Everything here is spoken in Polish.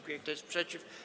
Kto jest przeciw?